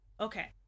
Okay